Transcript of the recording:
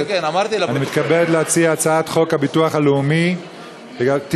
אני מתכבד להציג את הצעת חוק הביטוח הלאומי תיקון